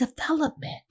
development